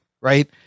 right